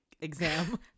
exam